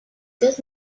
good